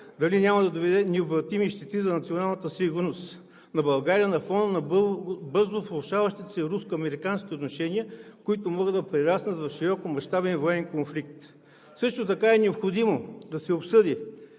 Дали няма да доведе до негативни щети за националната сигурност на България на фона на бързо влошаващите се руско-американски отношения, които могат да прераснат в широкомащабен военен конфликт. Също така е необходимо да се обсъди